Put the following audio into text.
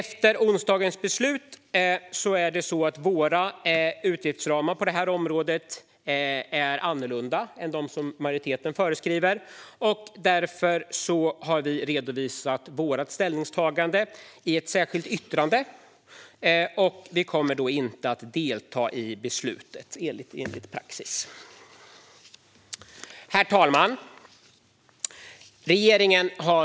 Efter onsdagens beslut är utgiftsramarna på det här området annorlunda mot de som majoriteten föreslår. Därför har vi redovisat vårt ställningstagande i ett särskilt yttrande. Och enligt praxis kommer vi inte att delta i beslutet. Herr talman!